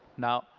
now,